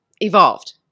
evolved